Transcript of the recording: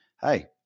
Hey